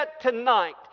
tonight